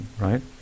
right